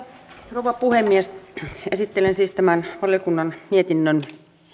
rouva puhemies esittelen siis tämän valiokunnan mietinnön